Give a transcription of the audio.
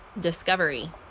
discovery